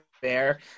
fair